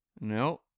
No